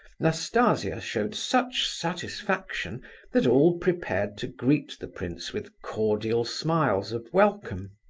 nastasia showed such satisfaction that all prepared to greet the prince with cordial smiles of welcome.